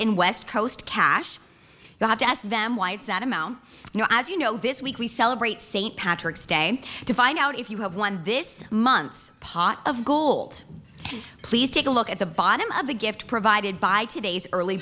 in west coast cash you have to ask them why is that amount you know as you know this week we celebrate st patrick's day to find out if you have won this month's pot of gold please take a look at the bottom of the gift provided by today's early